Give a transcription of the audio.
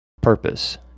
purpose